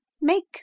Make